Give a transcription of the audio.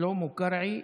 שלמה קרעי,